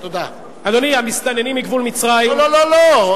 אדוני, המסתננים ממצרים, לא לא לא.